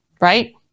right